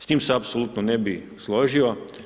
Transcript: S tim se apsolutno ne bi složio.